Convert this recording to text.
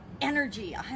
energy